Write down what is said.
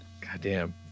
Goddamn